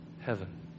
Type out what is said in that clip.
Heaven